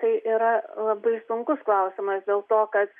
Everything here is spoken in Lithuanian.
tai yra labai sunkus klausimas dėl to kad